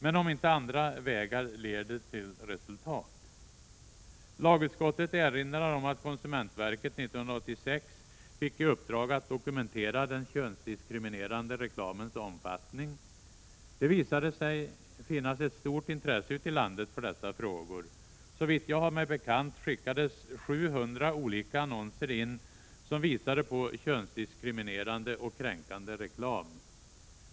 Men om inte andra vägar leder till resultat? Lagutskottet erinrar om att konsumentverket 1986 fick i uppdrag att dokumentera den könsdiskriminerande reklamens omfattning. Det visade sig finnas ett stort intresse ute i landet för dessa frågor. Såvitt jag har mig bekant skickades 700 olika annonser in som visade på könsdiskriminerande och kränkande reklam.